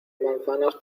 manzanas